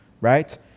Right